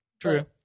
true